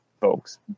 folks